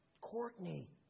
Courtney